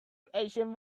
asian